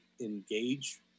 engage